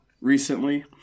recently